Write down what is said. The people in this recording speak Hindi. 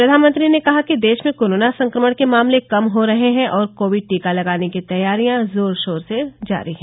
प्रधानमंत्री ने कहा कि देश में कोरोना संक्रमण के मामले कम हो रहे हैं और कोविड टीका लगाने की तैयारियां जोर शोर से जारी है